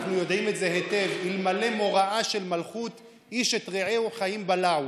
ואנחנו יודעים את זה היטב: אלמלא מוראה של מלכות איש את רעהו חיים בלעו.